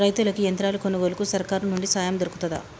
రైతులకి యంత్రాలు కొనుగోలుకు సర్కారు నుండి సాయం దొరుకుతదా?